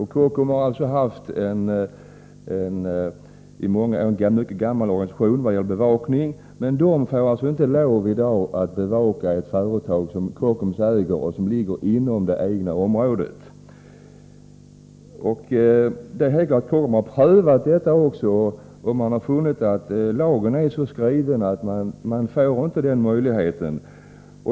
Kockums har en mycket gammal organisation för bevakning, men den får i dag inte bevaka ett företag som Kockums äger och som ligger inom det egna området. Man har prövat detta också och funnit att lagen så som den är skriven inte medger den möjligheten.